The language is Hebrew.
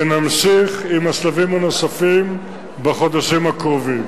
ונמשיך עם השלבים הנוספים בחודשים הקרובים.